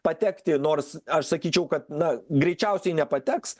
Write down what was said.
patekti nors aš sakyčiau kad na greičiausiai nepateks